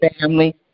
family